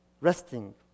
resting